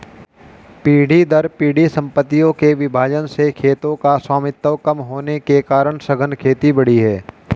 पीढ़ी दर पीढ़ी सम्पत्तियों के विभाजन से खेतों का स्वामित्व कम होने के कारण सघन खेती बढ़ी है